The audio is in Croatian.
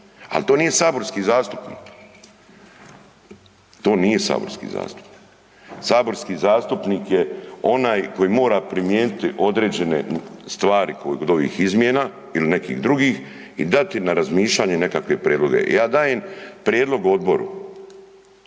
al to nije saborski zastupnik, to nije saborski zastupnik. Saborski zastupnik je onaj koji mora primijeniti određene stvari kod ovih izmjena il nekih drugih i dati na razmišljanje nekakve prijedloge. Ja dajem prijedlog odboru,